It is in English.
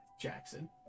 Jackson